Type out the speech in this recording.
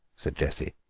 said jessie.